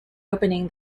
opening